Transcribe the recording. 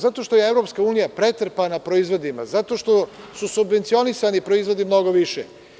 Zato što je EU pretrpana proizvodima, zato što su subvencionisani proizvodi mnogo više.